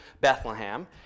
Bethlehem